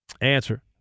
answer